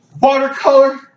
watercolor